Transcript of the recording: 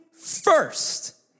first